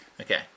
Okay